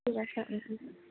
ঠিক আছে